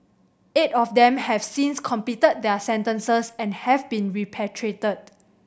eight of them have since completed their sentences and have been repatriated